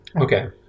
Okay